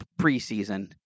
preseason